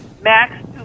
max